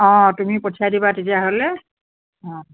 অঁ তুমি পঠিয়াই দিবা তেতিয়াহ'লে অঁ